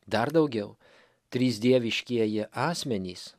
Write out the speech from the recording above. dar daugiau trys dieviškieji asmenys